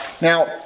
Now